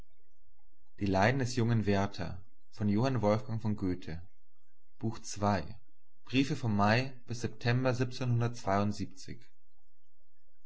die leiden des jungen vom mai